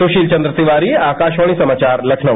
सुशील चन्द्र तिवारी आकाशवाणी समाचार लखनऊ